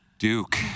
Duke